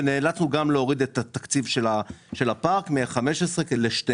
ונאלצנו גם להוריד את התקציב של הפארק מ-15 ל-12.